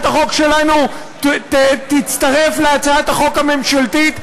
החוק שלנו תצטרף להצעת החוק הממשלתית,